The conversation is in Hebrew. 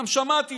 שמעתי